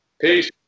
peace